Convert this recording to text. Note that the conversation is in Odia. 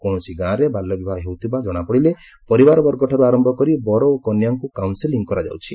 କୌଣସି ଗାଁରେ ବାଲ୍ୟବିବାହ ହେଉଥିବା ଜଣାପଡିଲେ ପରିବାରବର୍ଗଠାର୍ ଆର ଓ କନ୍ୟାଙ୍କ କାଉନ୍ସେଲିଂ କରାଯାଉଛି